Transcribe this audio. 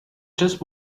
just